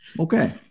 okay